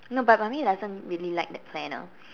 no but mummy doesn't really like that planner